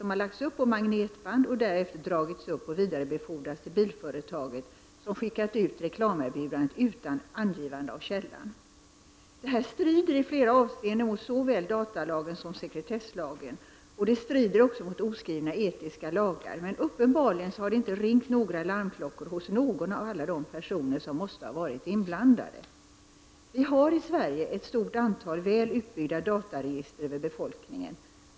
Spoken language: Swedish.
De har lagts upp på magnetband, därefter dragits upp och vidarebefordrats till bilföretaget som skickat ut reklamerbjudandet utan angivande av källan. Detta förfarande strider i flera avseenden mot såväl datalagen som sekretesslagen. Det strider även mot oskrivna etiska regler. Det har uppenbarligen inte ringt några larmklockor hos någon av alla de personer som måste ha varit inblandade. Vi har i Sverige ett stort antal väl utbyggda dataregister över befolkningen.